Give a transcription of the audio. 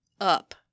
up